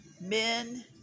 Men